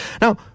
Now